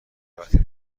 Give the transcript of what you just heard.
هدایت